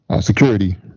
Security